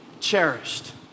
cherished